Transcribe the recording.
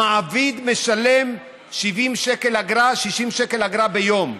המעביד משלם 70 שקל אגרה, 60 שקל אגרה ביום.